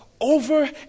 over